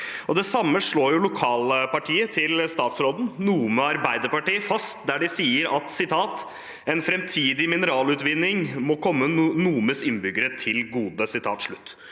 Det samme slår jo lokalpartiet til statsråden – Nome Arbeiderparti – fast, der de sier at en framtidig mineralutvinning må komme Nomes innbyggere til gode.